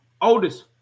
oldest